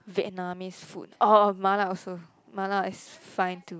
Vietnamese food oh mala also mala is fine too